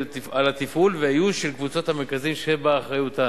התפעול והאיוש של קבוצת המרכזים שבאחריותן.